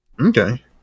Okay